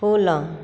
Poonam